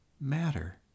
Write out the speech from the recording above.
matter